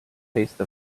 taste